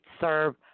serve